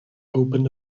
opened